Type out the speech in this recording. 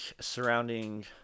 surrounding